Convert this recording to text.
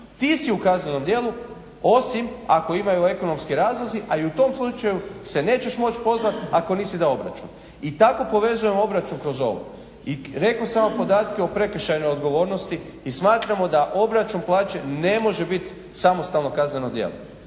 ti si u kaznenom djelu osim ako imaju ekonomski razlozi a i u tom slučaju se nećeš moć pozvat ako nisi dao obračun. I tako povezujemo obračun kroz ovo. I rekao sam vam podatke o prekršajnoj odgovornosti i smatramo da obračun plaće ne može biti samostalno kazneno djelo.